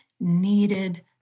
needed